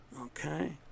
okay